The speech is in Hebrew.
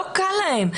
לא קל להן.